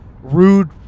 Rude